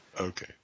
Okay